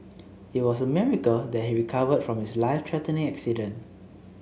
it was a miracle that he recovered from his life threatening accident